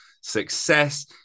success